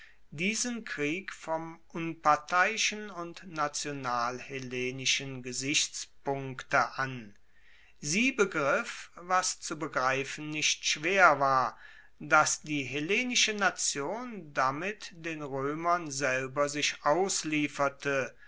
diesen krieg vom unparteiischen und nationalhellenischen gesichtspunkte an sie begriff was zu begreifen nicht schwer war dass die hellenische nation damit den roemern selber sich auslieferte